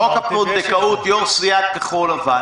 חוק הפונדקאות יו"ר סיעת כחול לבן,